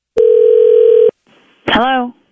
Hello